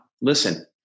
listen